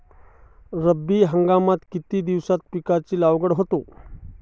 रब्बी हंगामात किती दिवसांत पिकांची लागवड होते?